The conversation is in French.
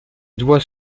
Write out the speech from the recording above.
doigts